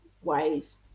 Ways